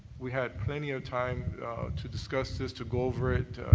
we had plenty of time to discuss this, to go over it,